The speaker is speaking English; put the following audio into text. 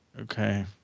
okay